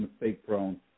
mistake-prone